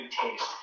taste